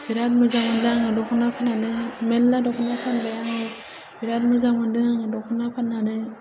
बिराथ मोजां मोन्दों आङो दख'ना फान्नानै मेल्ला दख'ना फानबाय आङो बिराथ मोजां मोन्दों आङो दख'ना फान्नानै